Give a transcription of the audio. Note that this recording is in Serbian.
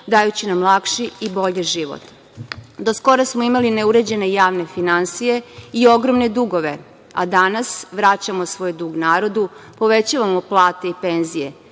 dajući nam lakši i bolji život. Do skoro smo imali neuređene javne finansije i ogromne dugove, a danas vraćamo svoj dug narodu, povećavamo plate i penzije.